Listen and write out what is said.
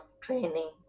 training